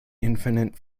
infinite